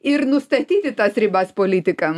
ir nustatyti tas ribas politikam